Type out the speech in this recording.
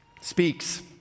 speaks